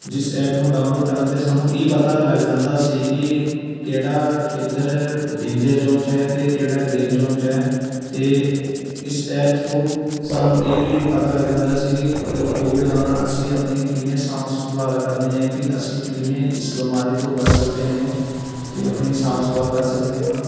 ਜਿਸ ਐਪ ਨੂੰ ਡਾਊਨਲੋਡ ਕਰਨ 'ਤੇ ਸਾਨੂੰ ਇਹ ਪਤਾ ਲੱਗ ਜਾਂਦਾ ਸੀ ਕਿ ਕਿਹੜਾ ਖੇਤਰ ਡੇਂਜਰ ਜ਼ੋਨ 'ਚ ਹੈ ਅਤੇ ਕਿਹੜਾ ਗਰੀਨ ਜ਼ੋਨ 'ਚ ਹੈ ਅਤੇ ਇਸ ਐਪ ਥਰੂ ਸਾਨੂੰ ਇਹ ਵੀ ਪਤਾ ਲੱਗ ਜਾਂਦਾ ਸੀ ਕਿ ਕੋਵਿਡ ਦੌਰਾਨ ਅਸੀਂ ਆਪਣੀ ਕਿਵੇਂ ਸਾਂਭ ਸੰਭਾਲ ਕਰਨੀ ਹੈ ਕਿ ਅਸੀਂ ਕਿਵੇਂ ਇਸ ਬਿਮਾਰੀ ਤੋਂ ਬਚ ਸਕਦੇ ਨੇ ਅਤੇ ਆਪਣੀ ਸਾਂਭ ਸੰਭਾਲ ਕਰ ਸਕਦੇ ਨੇ